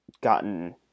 gotten